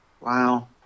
wow